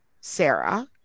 sarah